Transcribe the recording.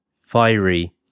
fiery